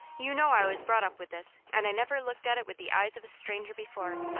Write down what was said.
you know i was brought up with this, and i never looked at it with the eyes of a stranger before.